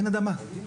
אין אדמה,